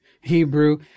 Hebrew